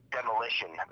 Demolition